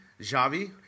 Javi